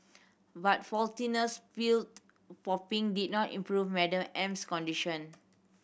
but pilled popping did not improve Madam M's condition